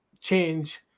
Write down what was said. change